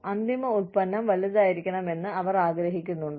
അന്തിമ ഉൽപ്പന്നം വലുതായിരിക്കണമെന്ന് അവർ ആഗ്രഹിക്കുന്നുണ്ടോ